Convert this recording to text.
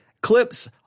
clips